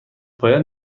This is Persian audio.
باید